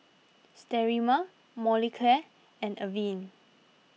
Sterimar Molicare and Avene